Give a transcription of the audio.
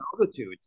altitude